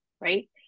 right